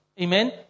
Amen